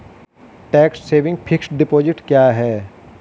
Tax saving fixed deposit क्या है?